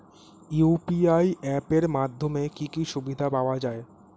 UPI app এর মাধ্যমে কি কি সুবিধা পাওয়া যায়?